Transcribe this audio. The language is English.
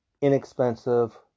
inexpensive